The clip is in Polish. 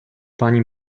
pani